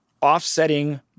offsetting